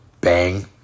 bang